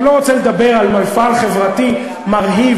אני לא רוצה לדבר על מפעל חברתי מרהיב,